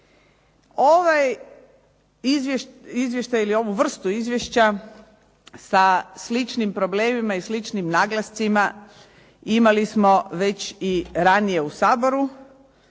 Ovaj izvještaj ili ovu vrstu izvješća sa sličnim problemima i sličnim naglascima imali smo već i ranije u Saboru.